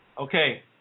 Okay